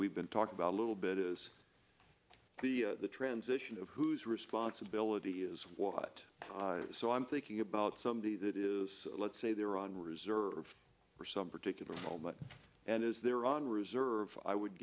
we've been talking about a little bit is the transition of whose responsibility is what so i'm thinking about somebody that is let's say they're on reserve for some particular moment and is there on reserve i would